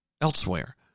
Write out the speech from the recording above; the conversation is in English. elsewhere